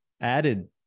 added